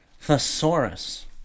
thesaurus